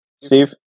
Steve